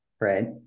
right